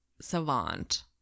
savant